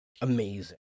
amazing